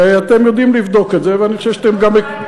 ואתם יודעים לבדוק את זה, ואני חושב שאתם גם,